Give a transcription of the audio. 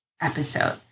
episode